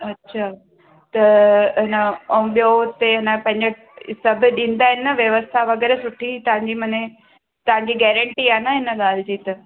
अछा त हिन ऐं ॿियो त हिन पंहिंजे सभु ॾींदा आहिनि न व्यवस्था वग़ैरह सुठी तव्हांजी माने तव्हांजी गैरंटी आहे न हिन ॻाल्हि जी त